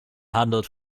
handelt